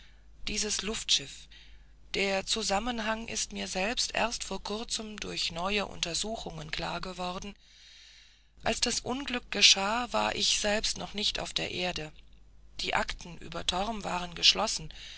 dieses luftschiff der zusammenhang ist mir selbst erst vor kurzem durch neue untersuchungen klar geworden als das unglück geschah war ich selbst noch nicht auf der erde die akten über torm waren abgeschlossen